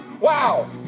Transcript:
Wow